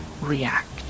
react